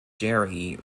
gerry